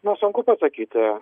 na sunku pasakyti